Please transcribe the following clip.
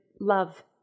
love